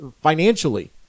financially